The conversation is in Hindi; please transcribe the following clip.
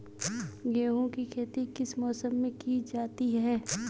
गेहूँ की खेती किस मौसम में की जाती है?